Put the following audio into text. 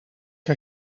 que